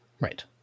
Right